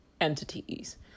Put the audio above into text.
entities